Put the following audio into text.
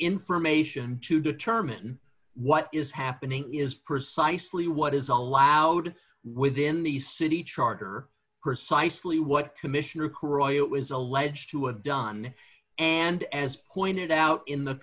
information to determine what is happening is precisely what is allowed within the city charter precisely what commissioner croyle is alleged to have done and as pointed out in the